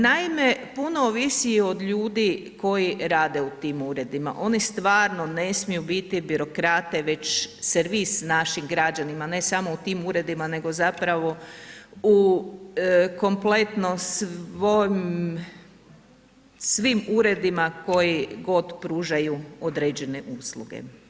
Naime, puno ovisi i od ljudi koji rade u tim uredima, oni stvarno ne smiju biti birokrate već servis našim građanima, ne samo u tim uredima nego zapravo u kompletno svom, svim uredima koji god pružaju određene usluge.